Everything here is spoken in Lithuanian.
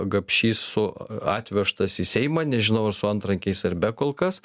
gapšys su atvežtas į seimą nežinau ar su antrankiais ir be kolkas